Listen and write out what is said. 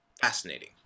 Fascinating